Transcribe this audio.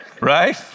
Right